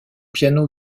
piano